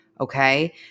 okay